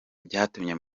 byatumye